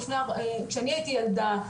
שאני הייתי ילדה,